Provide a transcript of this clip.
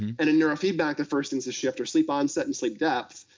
and in neurofeedback, the first things to shift are sleep onset and sleep depth,